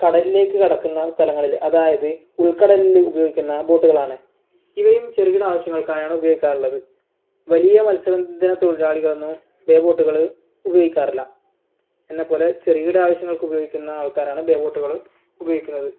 കടലിലേക്ക് കടക്കുന്ന സ്ഥലങ്ങളിൽ അതായത് ഉൾക്കടലിൽ ഉപയോഗിക്കുന്ന ബോട്ടുകളാണ് ഇവയും ചെറുകിട ആവശ്യങ്ങൾക്കായാണ് ഉപയോഗിക്കാറുള്ളത് വലിയ മത്സ്യബന്ധന തൊഴിലാളികളൊന്നും ബേ ബോട്ടുകൾ ഉപയോഗിക്കാറില്ല എന്നെ പോലെ ചെറുകിട ആവശ്യങ്ങൾക്ക് ഉപയോഗിക്കുന്ന ആൾക്കാരാണ് ബേ ബോട്ടുകൾ ഉപയോഗിക്കുന്നത്